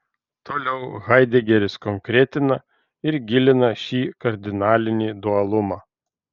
toliau haidegeris konkretina ir gilina šį kardinalinį dualumą